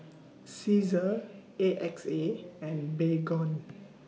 Cesar A X A and Baygon